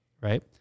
Right